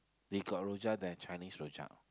they got rojak there Chinese rojak